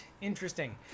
Interesting